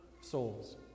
souls